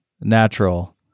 natural